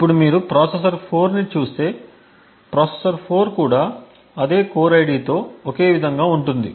ఇప్పుడు మీరు ప్రాసెసర్ 4 ను చూస్తే ప్రాసెసర్ 4 కూడా అదే కోర్ ID తో ఒకే విధంగా ఉంటుంది